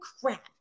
crap